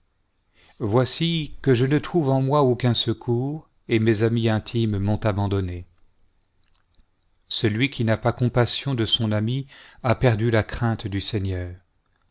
voici que je ne trouve en moi aucun secours et mes amis intimes m'ont abandonné celui qui n'a pas compassion de son ami a perdu la crainte du seigneur